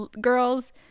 girls